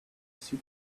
super